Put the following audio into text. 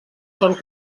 són